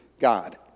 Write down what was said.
God